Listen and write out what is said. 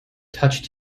touched